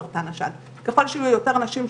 בסרטן השד בהנחה שהיא לא תלך לעולמה ממחלה אחרת.